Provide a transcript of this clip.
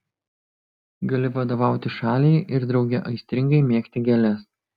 gali vadovauti šaliai ir drauge aistringai mėgti gėles